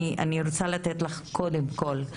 אני רוצה לתת לך קודם כל,